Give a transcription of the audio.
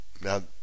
Now